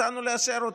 הצענו לאשר אותם.